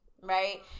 Right